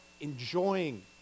enjoying